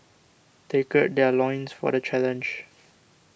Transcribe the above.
they gird their loins for the challenge